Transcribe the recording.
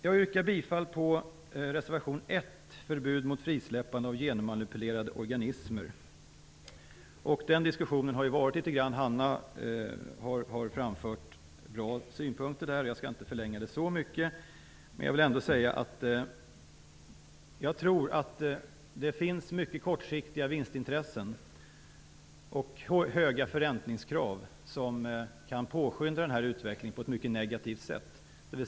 Jag yrkar bifall till reservation 1 om förbud mot frisläppande av genmanipulerade organismer. Det har diskuterats litet grand. Hanna Zetterberg har framfört bra synpunkter. Jag skall inte förlänga diskussionen så mycket, men jag vill ändå säga att jag tror att det finns mycket kortsiktiga vinstintressen och höga förräntningskrav som kan påverka utvecklingen på ett mycket negativt sätt.